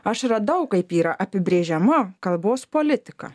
aš radau kaip yra apibrėžiama kalbos politika